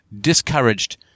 discouraged